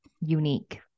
unique